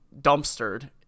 dumpstered